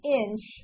inch